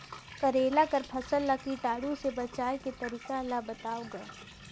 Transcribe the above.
करेला कर फसल ल कीटाणु से बचाय के तरीका ला बताव ग?